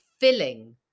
filling